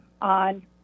on